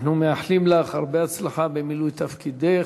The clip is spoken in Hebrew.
אנחנו מאחלים לך הרבה הצלחה במילוי תפקידך,